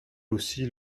aussi